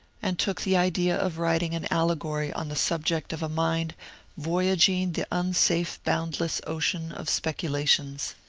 and took the idea of writing an allegory on the subject of a mind voyagine the unsafe bound less ocean of speculations.